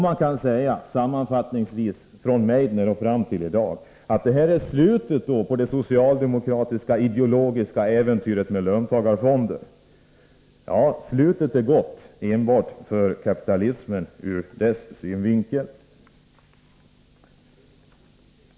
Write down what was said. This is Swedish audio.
Man kan sammanfattningsvis säga från Meidner och fram till i dag att detta är slutet på det socialdemokratiska ideologiska äventyret med löntagarfonder. Slutet är gott enbart ur kapitalismens synvinkel.